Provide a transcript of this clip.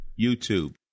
YouTube